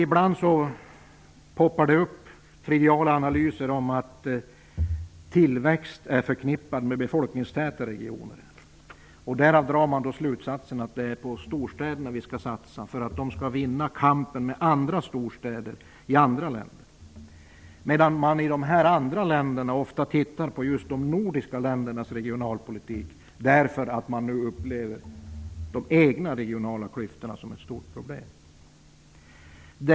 Ibland dyker det upp triviala analyser om att tillväxt är förknippat med befolkningstäta regioner. Därav drar man slutsatsen att det är storstäderna vi skall satsa på, för att de skall vinna kampen med storstäder i andra länder. I de andra länderna studerar man ofta på just de nordiska ländernas regionalpolitik, därför att man nu upplever de egna regionala klyftorna som ett stort problem.